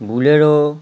bolero